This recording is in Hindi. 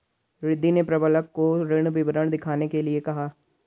रिद्धी ने प्रबंधक को ऋण विवरण दिखाने के लिए कहा